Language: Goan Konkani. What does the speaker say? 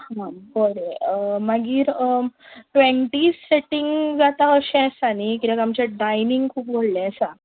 हां बरें मागीर ट्वेंटी सेटींग जाता अशें आसा न्हय कित्याक आमचें डायनींग खूब व्हडलें आसा